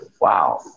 wow